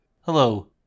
Hello